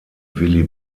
willy